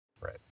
Right